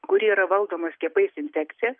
kuri yra valdoma skiepais infekcija